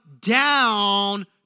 down